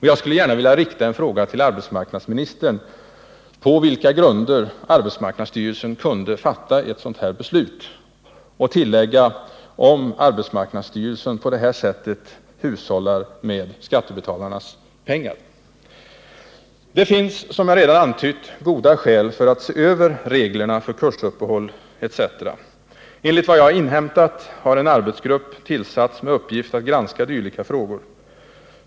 Jag skulle i det här sammanhanget gärna vilja fråga arbetsmarknadsministern på vilka grunder arbetsmarknadsstyrelsen kunde fatta ett sådant beslut. Är det på det här sättet arbetsmarknadsstyrelsen hushållar med skattebetalarnas pengar? Det finns, som jag redan antytt, goda skäl för att se över reglerna för kursuppehåll m.m. Enligt vad jag inhämtat har en arbetsgrupp tillsatts med uppgift att granska dylika frågor.